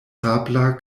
sabla